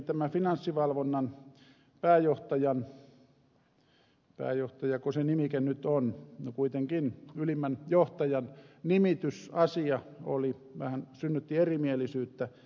tämä finanssivalvonnan pääjohtajan pääjohtajako se nimike nyt on no kuitenkin ylimmän johtajan nimitysasia vähän synnytti erimielisyyttä